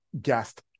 guest